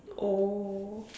oh